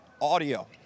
audio